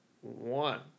one